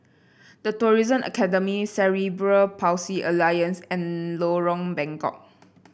The Tourism Academy Cerebral Palsy Alliance and Lorong Bengkok